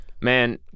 Man